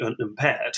unimpaired